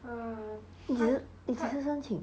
你几时申请